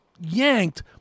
yanked